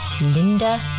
Linda